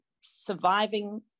surviving